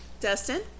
Dustin